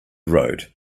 road